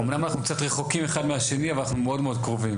אומנם אנחנו קצת רחוקים אחד מהשני אבל אנחנו מאוד מאוד קרובים,